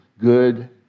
good